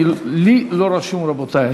לי לא רשום, רבותי.